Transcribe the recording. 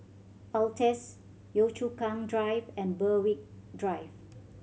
Altez Yio Chu Kang Drive and Berwick Drive